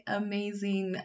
amazing